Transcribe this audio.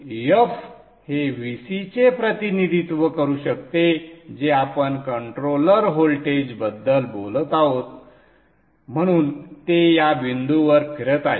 f हे Vc चे प्रतिनिधित्व करू शकते जे आपण कंट्रोलर व्होल्टेजबद्दल बोलत आहोत म्हणून ते या बिंदूवर फिरत आहे